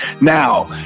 Now